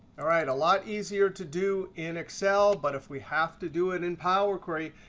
all right. a lot easier to do in excel, but if we have to do it in power query,